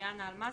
אוריאנה אלמסי,